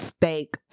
steak